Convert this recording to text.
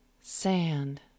Sand